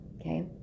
Okay